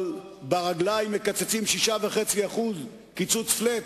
אבל ברגליים מקצצים 6.5% קיצוץ flat,